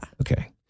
Okay